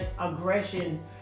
aggression